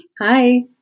Hi